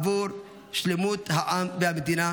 עבור שלמות העם והמדינה.